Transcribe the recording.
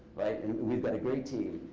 we've got a great team.